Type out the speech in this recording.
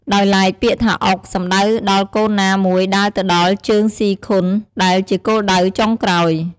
ដោយឡែកពាក្យថា អុក សំដៅដល់កូនណាមួយដើរទៅដល់ជើងស៊ីខុន ដែលជាគោលដៅចុងក្រោយ។